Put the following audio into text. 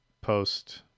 post